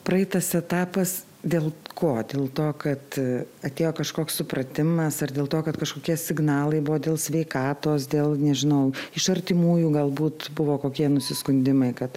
praeitas etapas dėl ko dėl to kad atėjo kažkoks supratimas ar dėl to kad kažkokie signalai buvo dėl sveikatos dėl nežinau iš artimųjų galbūt buvo kokie nusiskundimai kad